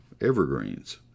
evergreens